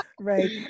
Right